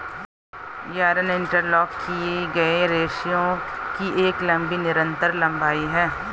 yarn interlock किए गए रेशों की एक लंबी निरंतर लंबाई है